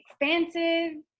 expansive